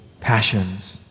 passions